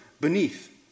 beneath